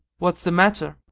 what's the matter?